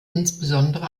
insbesondere